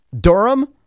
Durham